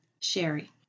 Sherry